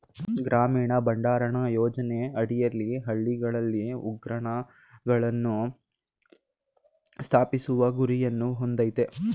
ಗ್ರಾಮೀಣ ಭಂಡಾರಣ ಯೋಜನೆ ಅಡಿಯಲ್ಲಿ ಹಳ್ಳಿಗಳಲ್ಲಿ ಉಗ್ರಾಣಗಳನ್ನು ಸ್ಥಾಪಿಸುವ ಗುರಿಯನ್ನು ಹೊಂದಯ್ತೆ